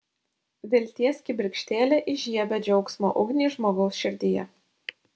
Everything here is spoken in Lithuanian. vilties kibirkštėlė įžiebia džiaugsmo ugnį žmogaus širdyje